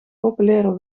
populaire